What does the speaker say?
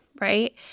right